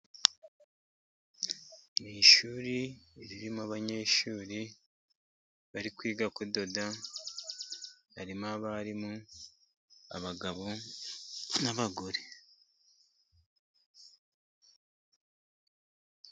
Mu ishuri ririmo abanyeshuri bari kwiga kudoda, harimo abarimu abagabo n'abagore.